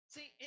See